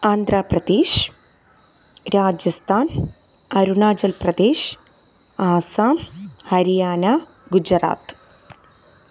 Andhra Pradesh Rajasthan Arunachal Pradesh Assam Haryana Gujarat